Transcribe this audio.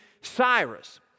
Cyrus